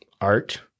art